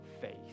faith